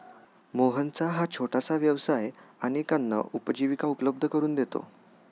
मोहनचा हा छोटासा व्यवसाय अनेकांना उपजीविका उपलब्ध करून देतो